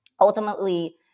ultimately